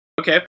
Okay